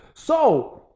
so,